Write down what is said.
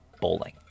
bowling